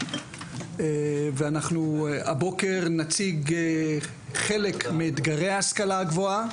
ואנחנו הבוקר נציג חלק מאתגרי ההשכלה הגבוהה.